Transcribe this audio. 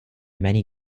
many